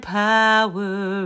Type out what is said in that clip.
power